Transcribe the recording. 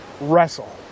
wrestle